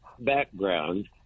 background